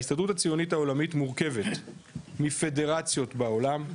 ההסתדרות הציונית העולמית מורכבת מפדרציות בעולם,